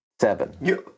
Seven